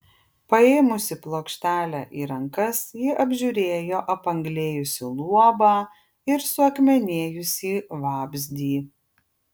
paėmusi plokštelę į rankas ji apžiūrėjo apanglėjusį luobą ir suakmenėjusį vabzdį